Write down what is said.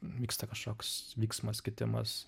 vyksta kažkoks vyksmas kitimas